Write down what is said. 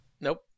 Nope